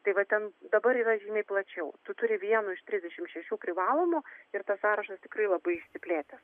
tai va ten dabar yra žymiai plačiau tu turi vienu iš trisdešimt šešių privalomų ir tas sąrašas tikrai labai išsiplėtęs